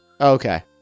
Okay